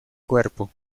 cuerpo